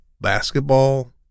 basketball